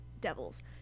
Devils